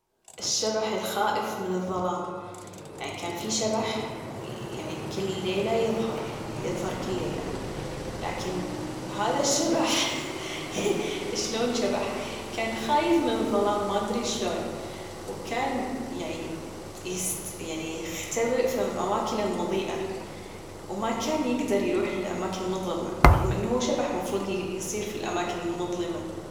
الشبح الخائف من الظلام، يعني كان في شبح يعني كل ليلة يظهر يظهر كل ليلة لكن هذا الشبح شلون شبح كان خايف من الظلام ما أدري شلون وكان يعني يختبئ في الأماكن المضيئة وما كان يجدر يروح للأماكن المظلمة رغم إنه هو شبح مفروض يصير في الأماكن المظلمة